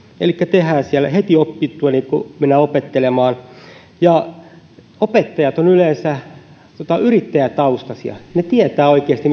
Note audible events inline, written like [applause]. elikkä tehdään mennään heti opittua opettelemaan opettajat ovat yleensä yrittäjätaustaisia he tietävät oikeasti [unintelligible]